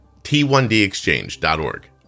t1dexchange.org